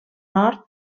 nord